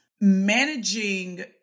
managing